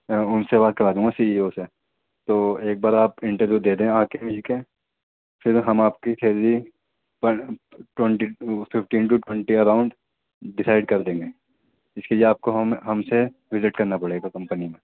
میں ان سے بات کرا دوں گا سی ای او سے تو ایک بار آپ انٹرویو دے دیں آ کے مل کے پھر ہم آپ کی سیلری پر twenty two fifteen to twenty around decide کر دیں گے اس کے لیے آپ کو ہم ہم سے وزٹ کرنا پڑے گا کمپنی میں